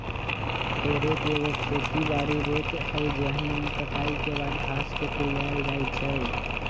हे रेक एगो खेती बारी रेक हइ जाहिमे कटाई के बाद घास के कुरियायल जाइ छइ